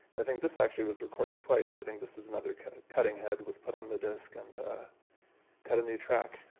i think this actually was recorded twice. i think this is another cutting head was put on the disc and cut in the track.